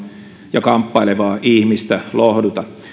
ja kamppailevaa ihmistä lohduta